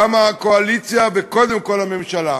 גם הקואליציה, וקודם כול הממשלה,